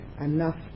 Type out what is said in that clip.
enough